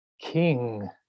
King